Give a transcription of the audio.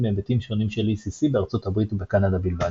בהיבטים שונים של ECC בארצות הברית ובקנדה בלבד.